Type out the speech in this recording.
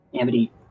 Amity